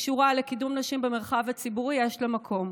שקשורה לקידום נשים במרחב הציבורי יש לה מקום.